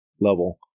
level